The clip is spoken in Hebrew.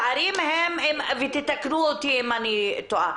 הפערים - תתקנו אותי אם אני טועה.